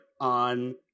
on